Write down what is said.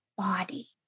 body